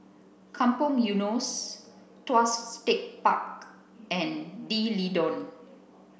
Kampong Eunos Tuas Tech Park and D'Leedon